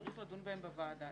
צריך לדון בהן בוועדה.